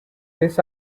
this